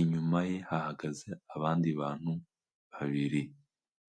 inyuma ye hahagaze abandi bantu babiri.